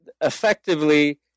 Effectively